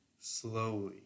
slowly